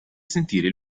sentire